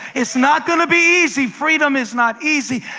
it's not going to be easy. freedom is not easy.